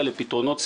זה מה שהחקלאים